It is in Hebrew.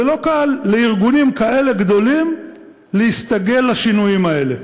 ולא קל לארגונים כאלה גדולים להסתגל לשינויים האלה.